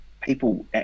people